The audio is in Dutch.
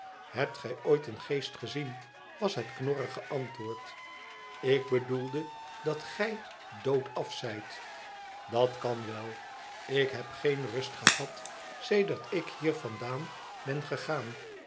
hebt gij ooit een geest gezien was het knorrige antwoord ik bedoelde dat gij doodaf schijnt dat kan wel ik heb geen rust gehad sedert ik hier vandaan ben gegaan